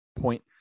point